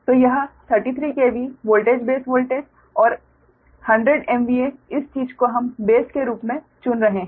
तो यह 33 KV voltage base voltage और 100 MVA इस चीज को हम बेस के रूप में चुन रहे हैं